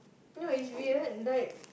no it's weird like